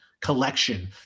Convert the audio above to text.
collection